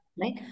Right